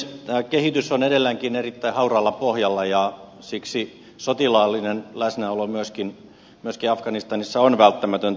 tämä kehitys on edelleenkin erittäin hauraalla pohjalla ja siksi sotilaallinen läsnäolo myöskin afganistanissa on välttämätöntä